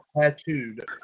tattooed